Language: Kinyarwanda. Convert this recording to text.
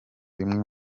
bimwe